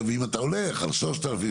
אם אתה הולך על 3,000,